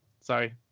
sorry